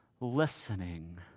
listening